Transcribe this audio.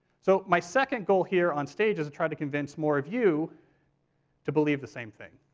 so my second goal here on stage is try to convince more of you to believe the same thing.